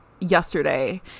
yesterday